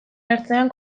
ertzean